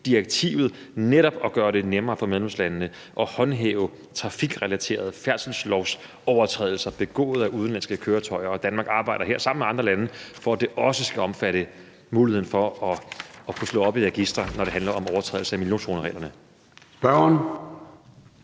CBE-direktivet for netop at gøre det nemmere for medlemslandene at håndhæve trafikrelaterede regler, også når der begås færdselslovsovertrædelser af udenlandske køretøjer, og Danmark arbejder her sammen med andre lande, for at det også skal omfatte muligheden for at kunne slå op i et register, når det handler om en overtrædelse af miljøzonereglerne. Kl.